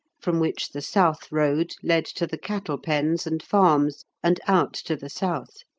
from which the south road led to the cattle-pens and farms, and out to the south.